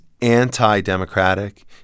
anti-democratic